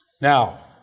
Now